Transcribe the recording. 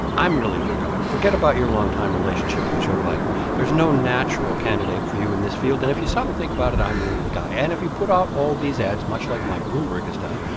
i'm really your guy. forget about your longtime relationship with joe biden. there's no natural candidate for you in this field. and if you stop and think about it, i'm really the guy. and if you put out all these ads, much like mike bloomberg has done,